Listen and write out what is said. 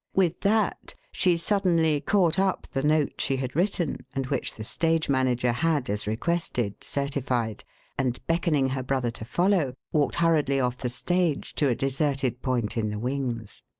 with that she suddenly caught up the note she had written and which the stage manager had, as requested, certified and, beckoning her brother to follow, walked hurriedly off the stage to a deserted point in the wings.